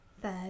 third